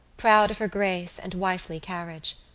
proud of her grace and wifely carriage.